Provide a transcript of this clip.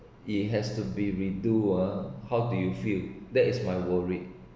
it has to be redo ah how do you feel that is my worried